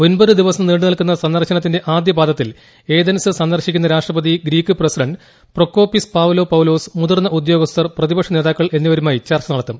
ഒമ്പത് ദിവസം നീണ്ടുനിൽക്കുന്ന സന്ദർശനത്തിന്റെ ആദ്യപാദത്തിട്ടൂൽ ഏദൻസ് സന്ദർശിക്കുന്ന രാഷ്ട്രപതി ഗ്രീക്ക് പ്രസിഡന്റ് പ്രൊകോപ്പിക്ക് പ്യാപ്പ്ലോ പൌലോസ് മുതിർന്ന ഉദ്യോഗസ്ഥർ പ്രതിപക്ഷ നേതാക്ക്ൾ പ്പ് എന്നിവരുമായി ചർച്ച നടത്തും